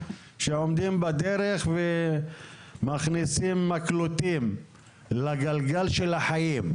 שעומדים בדרך ומכניסים מקלות לגלגל של החיים,